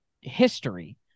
history